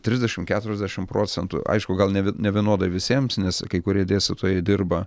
trisdešimt keturiasdešimt procentų aišku gal ne nevienodai visiems nes kai kurie dėstytojai dirba